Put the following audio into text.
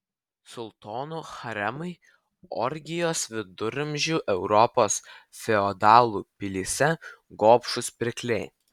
sultonų haremai orgijos viduramžių europos feodalų pilyse gobšūs pirkliai